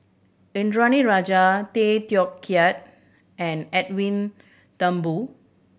Indranee Rajah Tay Teow Kiat and Edwin Thumboo